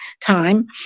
time